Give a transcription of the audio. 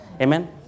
Amen